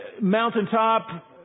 mountaintop